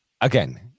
again